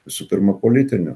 visų pirma politiniu